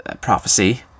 Prophecy